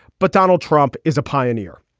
but donald trump is a pioneer.